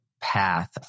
path